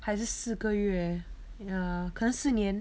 还是四个月 ya 可能四年